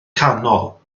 canol